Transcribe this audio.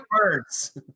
words